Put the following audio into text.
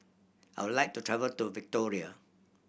I would like to travel to Victoria